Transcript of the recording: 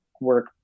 work